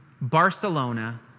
Barcelona